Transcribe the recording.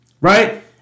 right